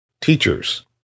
teachers